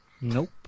Nope